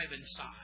inside